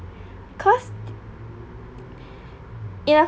cause in